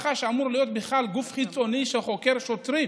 מח"ש אמור להיות בכלל גוף חיצוני שחוקר שוטרים.